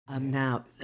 Now